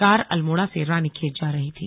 car Almora से रानीखेत जा रही थी